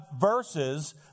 verses